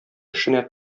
эшенә